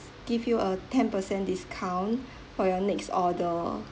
give you a ten percent discount for your next order